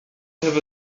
have